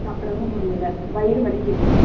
சாப்பிடவும் முடியலை வயிறு வலிக்குது